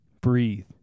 Breathe